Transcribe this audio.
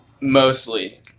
mostly